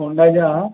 Honda जो आहे